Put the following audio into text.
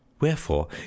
WHEREFORE